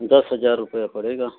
दस हज़ार रुपये पड़ेगा